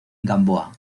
gamboa